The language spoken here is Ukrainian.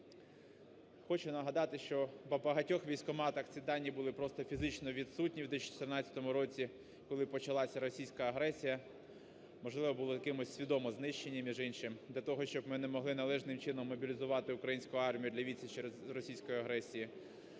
Хочу нагадати, що по багатьох військкоматах ці дані були просто фізично відсутні у 2014 році, коли почалася російська агресія, можливо, були кимось свідомо знищені, між іншим, для того, щоб ми не могли належним чином мобілізувати українську армію для відсічі російській агресії.